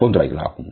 போன்றவைகளாகும்